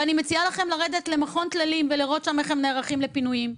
ואני מציעה לכם לרדת למכון טללים ולראות שם איך הם נערכים לפינויים,